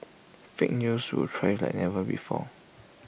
fake news will thrive like never before